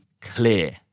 clear